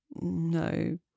no